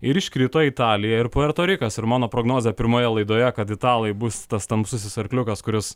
ir iškrito italija ir puerto rikas ir mano prognozė pirmoje laidoje kad italai bus tas tamsusis arkliukas kuris